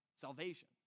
Salvation